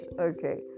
okay